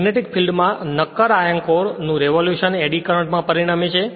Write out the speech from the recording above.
magnetic field માં નક્કર iron core નું રેવોલુશન એડી કરંટ માં પરિણમે છે